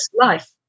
life